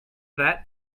that